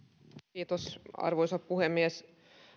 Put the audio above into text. kiitos arvoisa puhemies